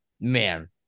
man